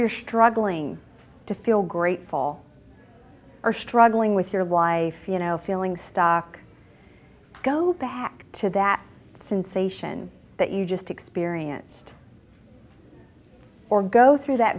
you're struggling to feel grateful or struggling with your life you know feeling stuck go back to that sensation that you just experienced or go through that